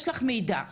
יש לך מידע קריטי,